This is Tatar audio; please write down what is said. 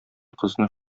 кызны